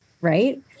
right